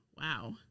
wow